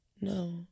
no